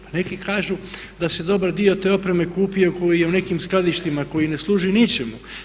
Pa neki kažu da se dobar dio te opreme kupio koji je u nekim skladištima, koji ne služi ničemu.